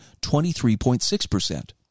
23.6%